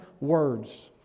words